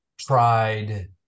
tried